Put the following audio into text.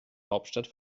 hauptstadt